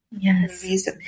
Yes